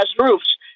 roofs